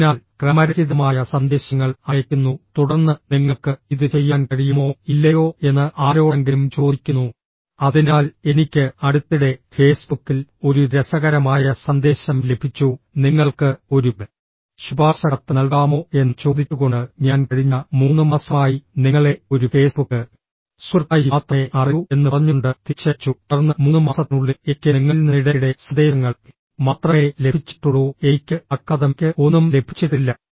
അതിനാൽ ക്രമരഹിതമായ സന്ദേശങ്ങൾ അയയ്ക്കുന്നു തുടർന്ന് നിങ്ങൾക്ക് ഇത് ചെയ്യാൻ കഴിയുമോ ഇല്ലയോ എന്ന് ആരോടെങ്കിലും ചോദിക്കുന്നു അതിനാൽ എനിക്ക് അടുത്തിടെ ഫേസ്ബുക്കിൽ ഒരു രസകരമായ സന്ദേശം ലഭിച്ചു നിങ്ങൾക്ക് ഒരു ശുപാർശ കത്ത് നൽകാമോ എന്ന് ചോദിച്ചുകൊണ്ട് ഞാൻ കഴിഞ്ഞ മൂന്ന് മാസമായി നിങ്ങളെ ഒരു ഫേസ്ബുക്ക് സുഹൃത്തായി മാത്രമേ അറിയൂ എന്ന് പറഞ്ഞുകൊണ്ട് തിരിച്ചയച്ചു തുടർന്ന് മൂന്ന് മാസത്തിനുള്ളിൽ എനിക്ക് നിങ്ങളിൽ നിന്ന് ഇടയ്ക്കിടെ സന്ദേശങ്ങൾ മാത്രമേ ലഭിച്ചിട്ടുള്ളൂ എനിക്ക് അക്കാദമിക് ഒന്നും ലഭിച്ചിട്ടില്ല